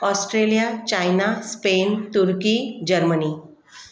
Australia China Spain Turkey Germany